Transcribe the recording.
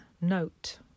note